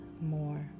more